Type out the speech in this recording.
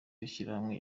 w’ishyirahamwe